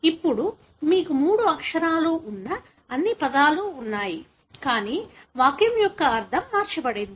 ఇప్పుడు మీకు మూడు అక్షరాలు ఉన్న అన్ని పదాలు ఉన్నాయి కానీ వాక్యం యొక్క అర్థం మార్చబడింది